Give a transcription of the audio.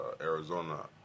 Arizona